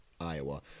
Iowa